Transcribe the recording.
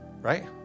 right